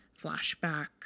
flashback